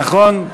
נכון.